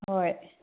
ꯍꯣꯏ